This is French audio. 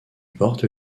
porte